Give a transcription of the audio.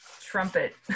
trumpet